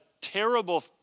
terrible